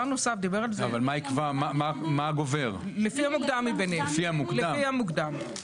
מחריג את "מערכי המודיעין והחקירות של משטרת